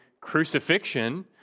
crucifixion